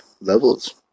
levels